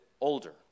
older